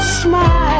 smile